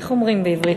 איך אומרים בעברית,